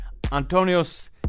Antonios